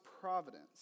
providence